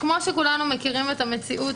כמו שכולנו מכירים את המציאות,